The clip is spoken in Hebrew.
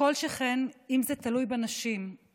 כל שכן אם זה תלוי בנשים,